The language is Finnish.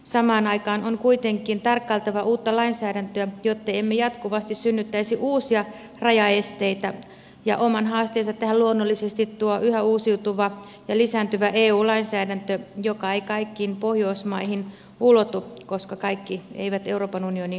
samaan aikaan on kuitenkin tarkkailtava uutta lainsäädäntöä jotta emme jatkuvasti synnyttäisi uusia rajaesteitä ja oman haasteensa tähän luonnollisesti tuo yhä uusiutuva ja lisääntyvä eu lainsäädäntö joka ei kaikkiin pohjoismaihin ulotu koska kaikki eivät euroopan unioniin kuulu